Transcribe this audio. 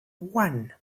one